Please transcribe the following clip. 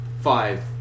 five